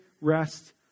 rest